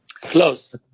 Close